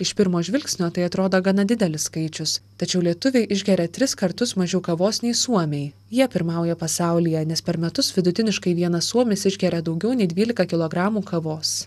iš pirmo žvilgsnio tai atrodo gana didelis skaičius tačiau lietuviai išgeria tris kartus mažiau kavos nei suomiai jie pirmauja pasaulyje nes per metus vidutiniškai vienas suomis išgeria daugiau nei dvylika kilogramų kavos